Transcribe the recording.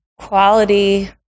quality